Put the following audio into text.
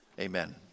Amen